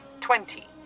twenty